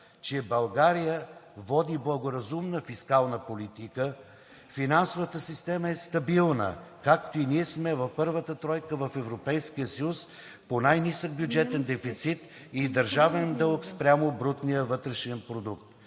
че България води благоразумна фискална политика, финансовата система е стабилна, както и ние сме в първата тройка в Европейския съюз по най-нисък бюджетен дефицит и държавен дълг спрямо брутния вътрешен продукт.